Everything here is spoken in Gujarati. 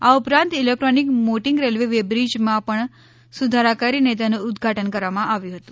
આ ઉપરાંત ઇલેક્ટ્રોનિક મોટીંગ રેલવે વેબ્રીજમાં પણ સુધારા કરીને તેનું ઉદ્દઘાટન કરવામાં આવ્યું હતું